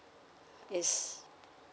yes